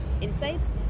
insights